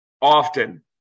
often